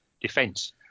defence